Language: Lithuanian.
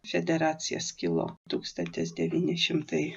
federacija skilo tūkstantis devyni šimtai